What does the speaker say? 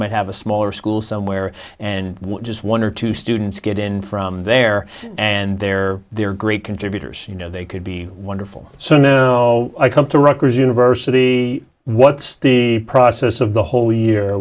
might have a smaller school somewhere and just one or two students get in from there and they're they're great contributors you know they could be wonderful so no i come to rockers university what's the process of the whole year